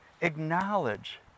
acknowledge